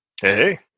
hey